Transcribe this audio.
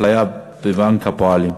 אפליה בבנק הפועלים.